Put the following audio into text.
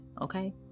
okay